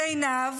שעינב